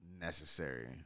necessary